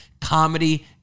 Comedy